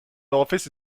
office